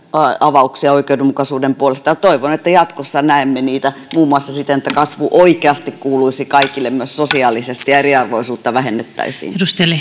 avauksia oikeudenmukaisuuden puolesta ja toivon että jatkossa näemme niitä muun muassa siten että kasvu oikeasti kuuluisi kaikille myös sosiaalisesti ja eriarvoisuutta vähennettäisiin